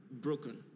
broken